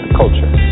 culture